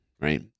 right